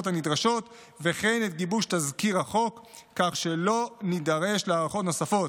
הנדרשות וכן את גיבוש תזכיר החוק כך שלא נידרש להארכות נוספות.